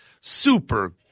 super